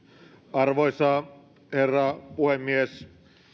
arvoisa herra puhemies